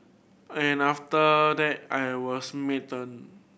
and after that I was smitten